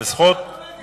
אתה בעד או נגד?